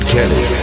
Kelly